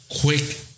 quick